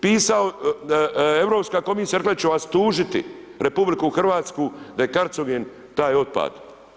Pisao, Europska komisija je rekla da će vas tužiti, RH da je kancerogen taj otpad.